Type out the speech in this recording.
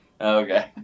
Okay